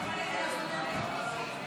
לוועדה את